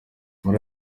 muri